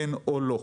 כן או לא.